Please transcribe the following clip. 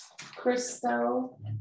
Crystal